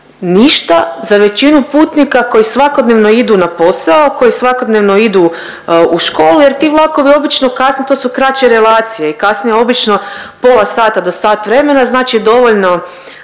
ništa za većinu putnika koji svakodnevno idu u školu jer ti vlakovi obično kasne, to su kraće relacije i kasne obično pola sata do sat vremena, znači dovoljno